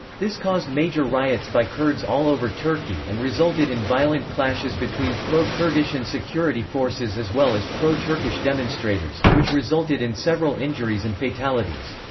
this caused major riots by kurds all over turkey and resulted in violent clashes between pro-kurdish and security forces as well as pro-turkish demonstrators, which resulted in several injuries and fatalities.